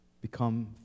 become